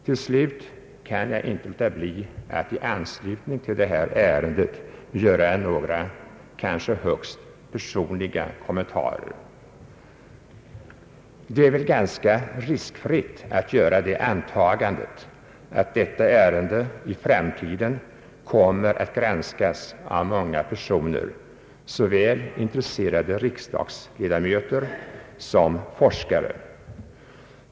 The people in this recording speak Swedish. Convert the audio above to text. Till slut kan jag inte låta bli att i anslutning till detta ärende göra några kanske högst personliga kommentarer. Det är väl ganska riskfritt att göra det antagandet att detta ärende i framtiden kommer att granskas av många personer, såväl intresserade riksdagsmän som forskare.